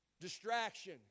Distraction